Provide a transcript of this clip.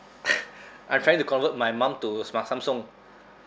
I'm trying to convert my mum to sma~ samsung